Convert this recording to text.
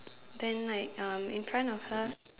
then like um in front of her